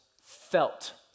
felt